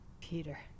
Peter